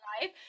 life